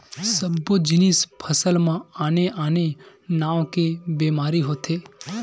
सब्बो जिनिस फसल म आने आने नाव के बेमारी होथे